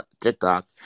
TikTok